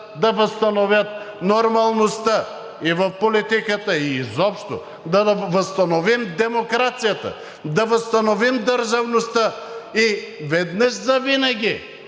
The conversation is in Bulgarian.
да възстановят нормалността и в политиката, и изобщо да възстановим демокрацията, да възстановим държавността и веднъж завинаги